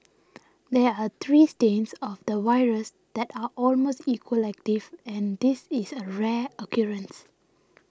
there are three strains of the virus that are almost equally active and this is a rare occurrence